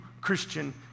Christian